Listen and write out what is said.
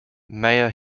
mayor